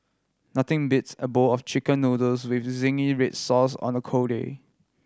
nothing beats a bowl of Chicken Noodles with zingy red sauce on a cold day